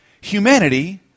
humanity